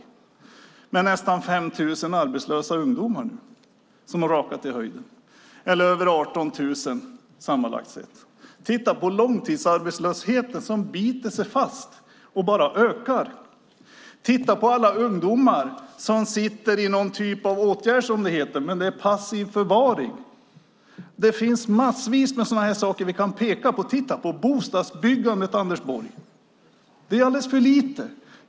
Där finns det nästan 5 000 arbetslösa ungdomar - sammanlagt över 18 000. Titta på långtidsarbetslösheten som biter sig fast och bara ökar. Titta på alla ungdomar som sitter i någon typ av åtgärd, som det heter, men som är passiv förvaring! Det finns massvis med sådana här saker vi kan peka på. Titta på bostadsbyggandet, Anders Borg! Det är alldeles för lite.